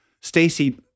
Stacey